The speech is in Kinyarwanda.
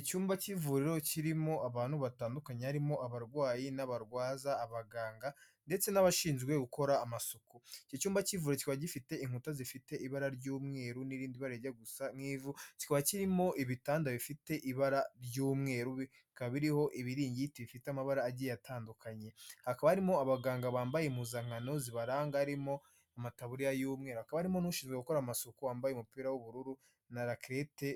Icyumba cy'ivuriro kirimo abantu batandukanye harimo abarwayi, n'abarwaza, abaganga, ndetse n'abashinzwe gukora amasuku, iki cyumba cy'ikivuriro kikaba gifite inkuta zifite ibara ry'umweru, n'irindi bara rijya gusa nk'ivu, kikaba kirimo ibitanda bifite ibara ry'umweru, bikaba biriho ibiringiti bifite amabara agiye atandukanye, hakaba harimo abaganga bambaye impuzankano zibaranga, harimo amataburiya y'umweru, hakaba harimo n'ushinzwe gukora amasuku wambaye umupira w'ubururu, na rakirete